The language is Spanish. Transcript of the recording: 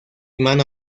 mano